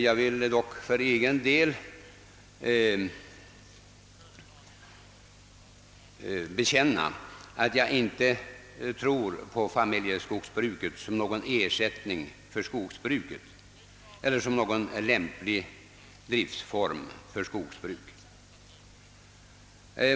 Jag vill dock bekänna att jag inte tror på familjeskogsbruket som någon lämplig driftform för skogsbruk.